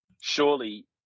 surely